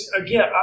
again